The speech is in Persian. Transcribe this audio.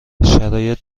شرایط